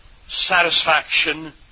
satisfaction